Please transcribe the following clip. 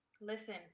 Listen